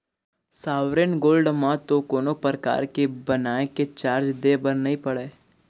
sovereign gold म तो कोनो परकार के बनाए के चारज दे बर नइ पड़य